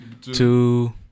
two